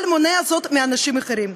אבל מונע זאת מאנשים אחרים.